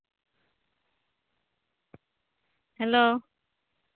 hello